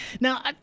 Now